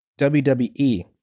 WWE